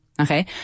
Okay